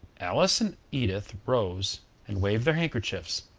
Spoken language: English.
alice and edith rose and waved their handkerchiefs,